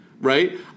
Right